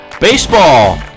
baseball